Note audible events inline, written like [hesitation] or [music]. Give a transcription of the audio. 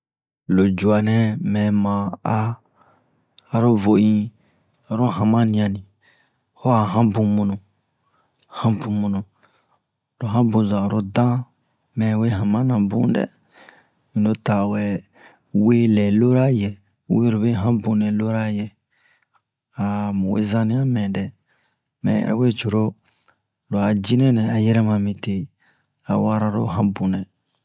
lo cuwa nɛ mɛ ma a aro vo in aro hanmaniyan ni ho a hanbun munu hanbu munu lo hanbun zan oro dan mɛ we hanmana bun [hesitation] in lo ta wɛ we lɛ lora yɛ we lobe hanbun nɛ lora yɛ [hesitation] mu we zanniya mɛ [hesitation] mɛ yɛrɛ we coro lo a jinɛ-nɛ a yɛrɛma mite a wara lo hanbun nɛ